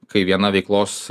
kai viena veiklos